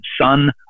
son